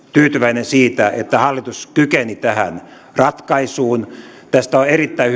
tyytyväinen siitä että hallitus kykeni tähän ratkaisuun tästä on on erittäin